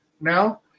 now